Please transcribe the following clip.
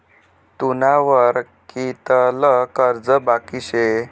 तुना वर कितलं कर्ज बाकी शे